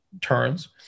turns